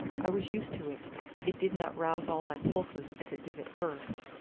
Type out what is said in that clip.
i was used to it it did not rouse all my pulses as it did at first.